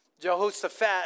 Jehoshaphat